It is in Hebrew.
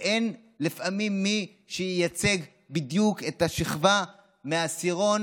ולפעמים אין מי שייצג בדיוק את השכבה מהעשירון